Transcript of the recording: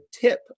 tip